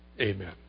Amen